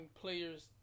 players